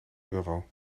euro